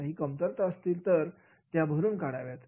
काही कमतरता असतील तर त्या भरून काढाव्यात